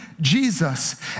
Jesus